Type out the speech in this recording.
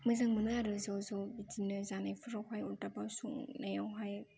मोजां मोनो आरो ज' ज' बिदिनो जानायफोरावहाय अरदाबाव संनायावहाय